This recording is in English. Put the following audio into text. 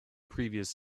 previous